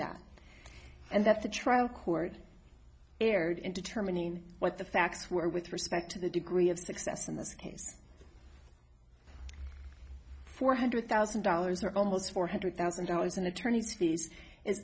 that and that the trial court erred in determining what the facts were with respect to the degree of success in this case four hundred thousand dollars or almost four hundred thousand dollars in attorney's fees is